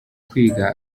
kwiga